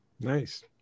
Nice